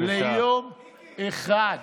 ליום אחד.